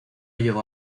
llegó